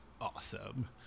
awesome